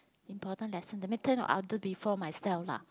important lesson that mean after or before myself lah